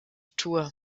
tour